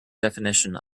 definition